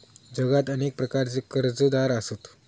जगात अनेक प्रकारचे कर्जदार आसत